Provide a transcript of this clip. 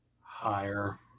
Higher